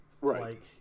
Right